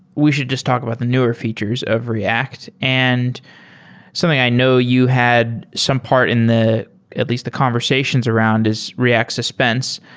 we should just talk about the newer features of react. and something i know you had some part in the at least the conversations around is react suspense.